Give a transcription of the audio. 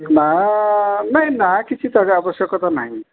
ନାଁ ନାଇଁ ନାଁ କିଛି ଆବଶ୍ୟକତା ନାହିଁ